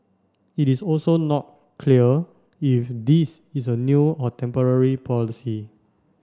it is also not clear if this is a new or temporary policy